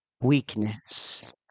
weakness